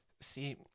See